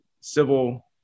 civil